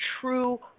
true